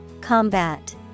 Combat